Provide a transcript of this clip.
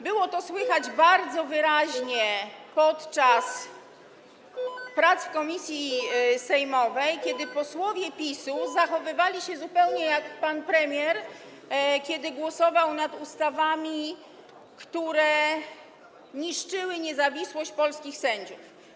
Było to słychać bardzo wyraźnie podczas prac w komisji sejmowej, kiedy posłowie PiS-u zachowywali się zupełnie jak pan premier, kiedy głosował nad ustawami, które niszczyły niezawisłość polskich sędziów.